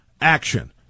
action